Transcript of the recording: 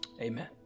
amen